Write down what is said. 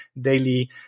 daily